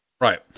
Right